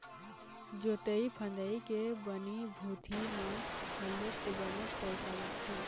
जोंतई फंदई के बनी भूथी म घलोक तो बनेच पइसा लगथे